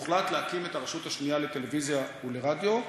והוחלט להקים את הרשות השנייה לטלוויזיה ולרדיו.